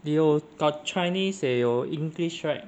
也有 got chinese 也有 english right